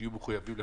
אז אני